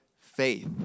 faith